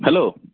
hello